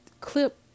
clip